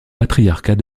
patriarcat